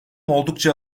oldukça